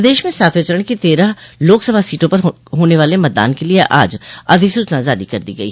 प्रदेश में सातवें चरण की तेरह लोकसभा सीटों पर होने वाले मतदान के लिये आज अधिसूचना जारी कर दी गई